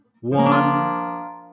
one